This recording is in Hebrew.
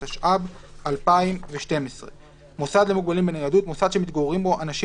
התשע"ב 2012 "מוסד למוגבלים בניידות" מוסד שמתגוררים בו אנשים